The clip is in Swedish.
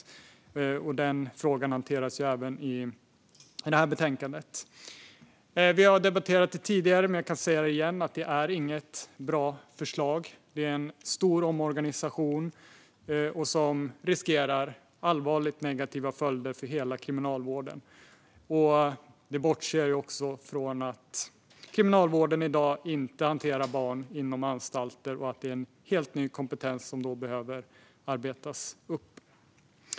Även denna fråga hanteras i betänkandet. Vi har debatterat det tidigare, men jag kan säga det igen: Det är inget bra förslag. Det är en stor omorganisation som riskerar att få allvarligt negativa följder för hela kriminalvården. Det bortses också från att kriminalvården i dag inte hanterar barn inom anstalter och att helt ny kompetens då behöver arbetas upp.